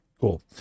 Cool